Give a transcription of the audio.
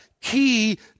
key